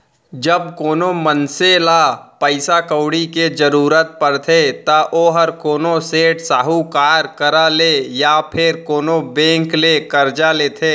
जब कोनो मनसे ल पइसा कउड़ी के जरूरत परथे त ओहर कोनो सेठ, साहूकार करा ले या फेर कोनो बेंक ले करजा लेथे